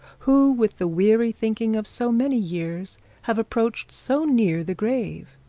who with the weary thinking of so many years have approached so near the grave?